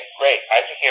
great